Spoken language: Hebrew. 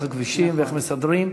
ואיך הכבישים, ואיך מסדרים.